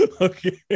okay